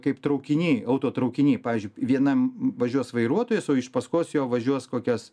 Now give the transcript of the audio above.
kaip traukiniai autotraukiniai pavyzdžiui vienam važiuos vairuotojas o iš paskos jo važiuos kokias